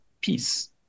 peace